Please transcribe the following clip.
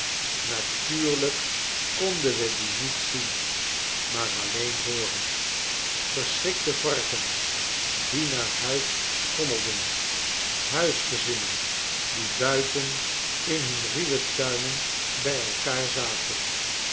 konden we die niet zien maar alleen hooren verschrikte varkens die naar huis schommelden huisgezinnen die buiten in hun ruwe tuinen bij elkaar zaten